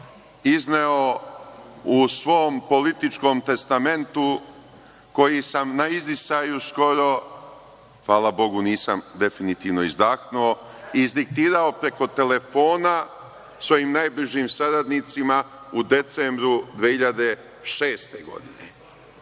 izneo u svom političkom testamentu, koji sam skoro na izdisaju, hvala Bogu, nisam definitivno izdahnuo, izdiktirao preko telefona svojim najbližim saradnicima u decembru 2006. godine. Ovo